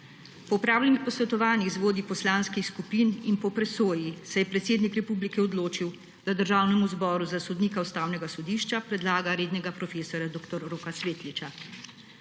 Po opravljenih posvetovanjih z vodji poslanskih skupin in po presoji se je predsednik republike odločil, da Državnemu zboru za sodnika Ustavnega sodišča predlaga red. prof. dr. Roka Svetliča.